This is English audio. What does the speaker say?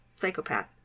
psychopath